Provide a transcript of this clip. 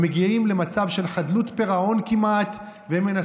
הם מגיעים למצב של חדלות פירעון כמעט,